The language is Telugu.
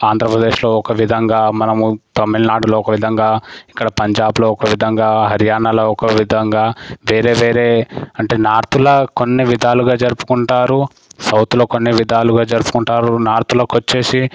ఆంధ్రప్రదేశ్లో ఒక విధంగా మనము తమిళనాడులో ఒక విధంగా ఇక్కడ పంజాబులో ఒక విధంగా హర్యానాలో ఒక విధంగా వేరే వేరే అంటే నార్తులో కొన్ని విధాలుగా జరుపుకుంటారు సౌతులో కొన్ని విధాలుగా జరుపుకుంటారు నార్త్లోకి వచ్చేసి